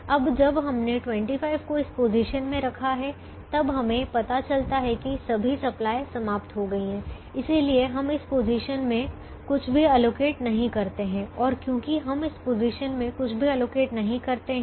अब जब हमने 25 को इस पोजीशन में रखा है तब हमे पता चलता है कि सभी सप्लाई समाप्त हो गई है इसलिए हम इस पोजीशन में कुछ भी आवंटित नहीं करते हैं और क्योंकि हम इस पोजीशन में कुछ भी आवंटित नहीं करते हैं